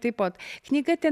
taip pat knyga ten